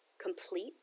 Complete